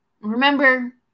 remember